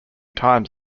times